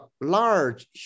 large